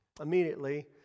Immediately